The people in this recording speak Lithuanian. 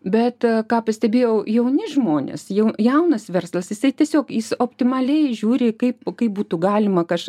bet ką pastebėjau jauni žmonės jau jaunas verslas jisai tiesiog jis optimaliai žiūri kaip kaip būtų galima kaž